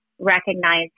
recognize